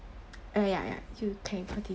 uh yeah yeah you can continue